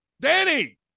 Danny